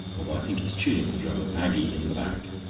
although i think his tunic was rather baggy in the back.